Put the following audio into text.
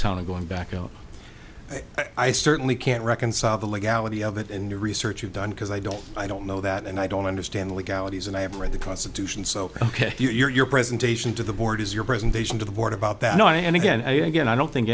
town and going back oh i certainly can't reconcile the legality of it in the research you've done because i don't i don't know that and i don't understand legalities and i have read the constitution so ok your presentation to the board is your presentation to the board about that now and again i again i don't think